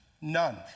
None